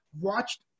watched